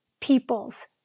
people's